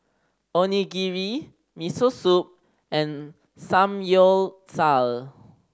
Onigiri Miso Soup and Samgyeopsal